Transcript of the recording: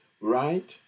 right